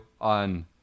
on